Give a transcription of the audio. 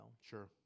Sure